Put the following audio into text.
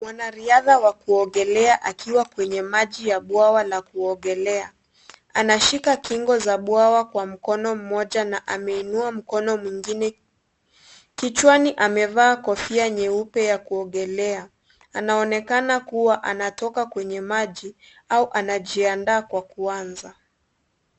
Mwanariadha wa kuogelea akiwa kwenye maji ya bwawa la kuogelea anashika kingo za bwawa kwa mkono mmoja na ameinua mkono mwingine . Kichwani amevaa kofia nyeupe ya kuogelea , anaonekana kuwa anatoka kwenye maji au anajiandaa kwa kuanza.